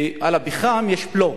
על הפחם יש בלו,